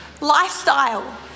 lifestyle